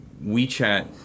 WeChat